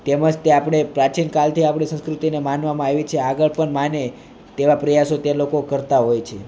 તેમ જ તે આપણે પ્રાચીન કાળથી આપણી સંસ્કૃતિને માનવામાં આવી છે અને આગળ પણ માને તેવા પ્રયાસો તે લોકો કરતા હોય છે